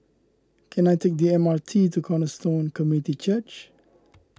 can I take the M R T to Cornerstone Community Church